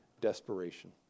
desperation